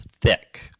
thick